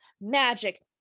magic